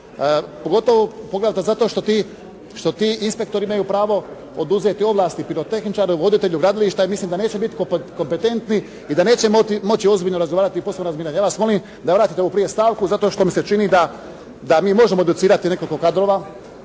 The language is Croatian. poglavito zato što ti inspektori imaju pravo oduzeti ovlasti pirotehničaru i voditelju gradilišta jer mislim da neće biti kompetentni i da neće moći ozbiljno razgovarati o poslovima razminiranja. Ja vas molim da vratite ovu prije stavku zato što mi se čini da mi možemo educirati nekoliko kadrova,